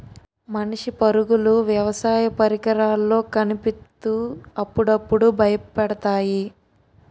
మనిషి పరుగులు వ్యవసాయ పరికరాల్లో కనిపిత్తు అప్పుడప్పుడు బయపెడతాది